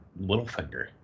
Littlefinger